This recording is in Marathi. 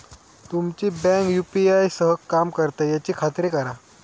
तुमची बँक यू.पी.आय सह काम करता याची खात्री करा